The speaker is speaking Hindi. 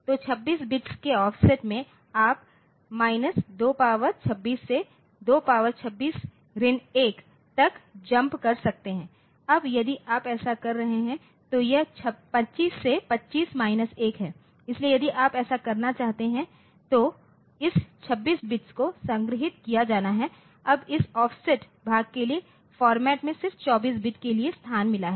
तो 26बिट्स के ऑफसेट में आप 226 से 226 1 तक जम्प कर सकते हैं अब यदि आप ऐसा कर रहे हैं तो यह 25 से 25 माइनस 1 है इसलिए यदि आप ऐसा करना चाहते हैं तो इस 26 बिट को संग्रहीत किया जाना है अब इस ऑफसेट भाग के लिए फॉर्मेट में सिर्फ 24 बिट्स के लिए स्थान मिला है